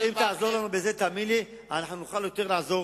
אם תעזור לנו בזה, תאמין לי, נוכל יותר לעזור